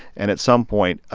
and at some point,